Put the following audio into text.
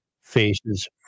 faces